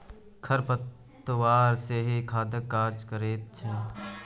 खर पतवार सेहो खादक काज करैत छै